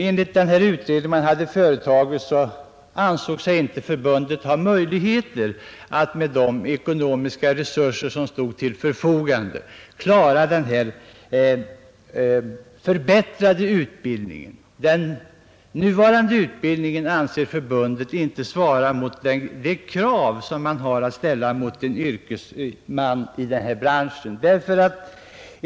Enligt utredningen ansåg sig inte förbundet ha möjligheter att med de ekonomiska resurser som stod till förfogande klara en förbättrad utbildning. Den nuvarande utbildningen anser förbundet inte svara mot de krav som bör ställas på en yrkesman i denna bransch.